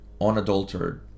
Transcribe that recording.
unadulterated